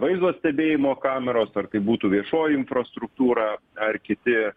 vaizdo stebėjimo kameros ar tai būtų viešoji infrastruktūra ar kiti